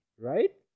Right